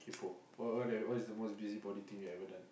kaypo what what the what is the most busybody thing you ever done